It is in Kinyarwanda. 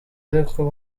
ariko